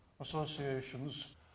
associations